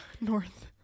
North